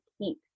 keep